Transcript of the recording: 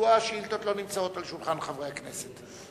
מדוע השאילתות לא נמצאות על שולחן חברי הכנסת?